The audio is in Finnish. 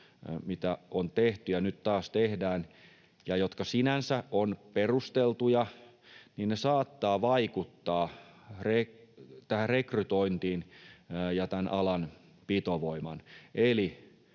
joita on tehty ja joita nyt taas tehdään ja jotka sinänsä ovat perusteltuja, saattavat vaikuttaa rekrytointiin ja alan pitovoimaan.